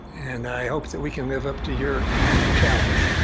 and i hope that we can live up to your challenge.